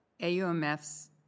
AUMF's